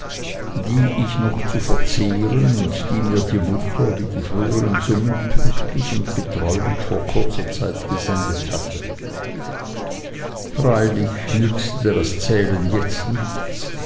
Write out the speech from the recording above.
die ich noch zu verzehren und die mir die mutter wie die früheren summen pünktlich und getreulich vor kurzer zeit gesendet hatte freilich nützte das zählen jetzt nichts